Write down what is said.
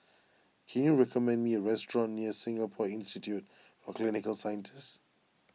can you recommend me a restaurant near Singapore Institute for Clinical Sciences